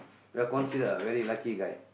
we're considered a very lucky guy